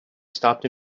stopped